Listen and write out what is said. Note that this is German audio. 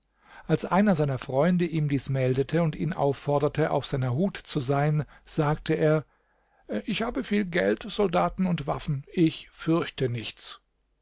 als einer seiner freunde ihm dies meldete und ihn aufforderte auf seiner hut zu sein sagte er ich habe viel geld soldaten und waffen ich fürchte nichts